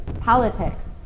politics